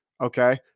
Okay